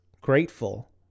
grateful